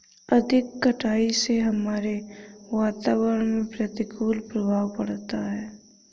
अधिक कटाई से हमारे वातावरण में प्रतिकूल प्रभाव पड़ता है